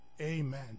Amen